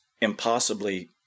impossibly